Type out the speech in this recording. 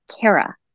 Kara